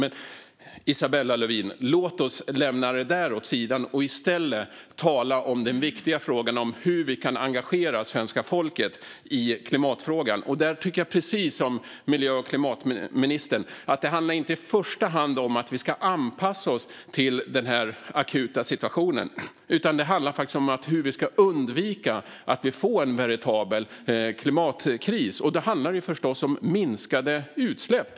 Men, Isabella Lövin, låt oss lämna det där åt sidan och i stället tala om den viktiga frågan om hur vi kan engagera svenska folket i klimatfrågan. Jag tycker precis som miljö och klimatministern att det inte i första hand handlar om att vi ska anpassa oss till den akuta situationen, utan om att vi ska undvika att det blir en veritabel klimatkris. Då handlar det förstås om minskade utsläpp.